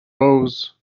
rose